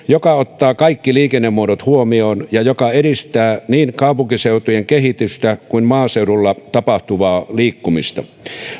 joka ottaa kaikki liikennemuodot huomioon ja joka edistää niin kaupunkiseutujen kehitystä kuin maaseudulla tapahtuvaa liikkumista